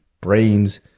brains